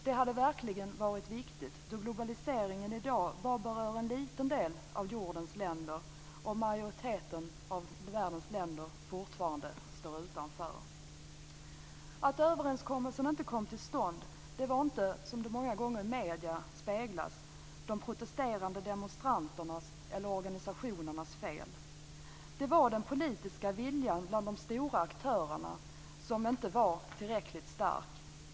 Det hade verkligen varit viktigt då globaliseringen i dag bara berör en liten del av jordens länder och majoriteten av världens länder fortfarande står utanför. Att överenskommelsen inte kom till stånd var inte, som det många gånger speglades i medierna, de protesterande demonstranternas eller organisationernas fel. Det var den politiska viljan bland de stora aktörerna som inte var tillräckligt stark.